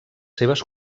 seves